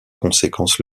conséquence